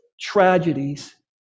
tragedies